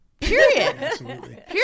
Period